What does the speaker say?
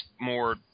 more